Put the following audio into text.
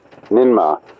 Ninma